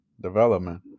development